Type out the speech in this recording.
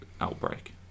outbreak